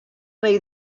rei